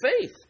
faith